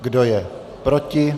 Kdo je proti?